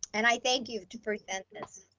and i thank you to present this.